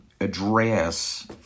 address